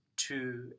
two